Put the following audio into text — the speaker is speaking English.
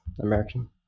American